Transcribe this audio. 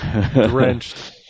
drenched